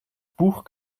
buch